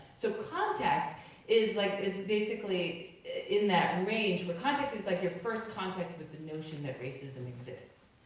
so contact is like is is basically in that range where contact is like your first contact with the notion that racism exists.